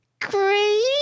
green